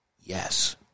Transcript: Yes